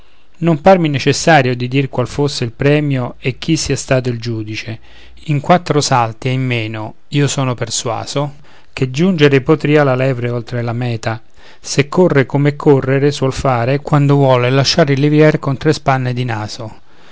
non parmi necessario di dir qual fosse il premio e chi sia stato il giudice in quattro salti e in meno io sono persuaso che giungere potrìa la lepre oltre la mèta se corre come correre suol fare quando vuole lasciar i levrieri con tre spanne di naso